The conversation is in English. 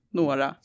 några